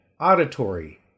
auditory